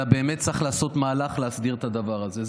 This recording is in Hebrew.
אלא באמת צריך לעשות מהלך להסדיר את הדבר הזה.